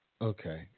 okay